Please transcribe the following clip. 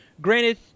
Granted